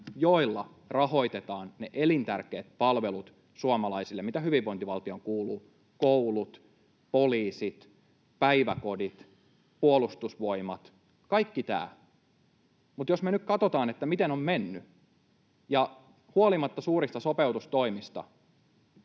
joilla rahoitetaan ne elintärkeät palvelut suomalaisille, mitä hyvinvointivaltioon kuuluu: koulut, poliisit, päiväkodit, puolustusvoimat, kaikki tämä. Mutta jos me nyt katsotaan, miten on mennyt, niin huolimatta suurista sopeutustoimista